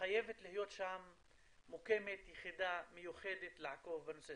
חייבת להיות מוקמת יחידה מיוחדת לעקוב אחרי הנושא.